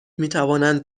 میتوانند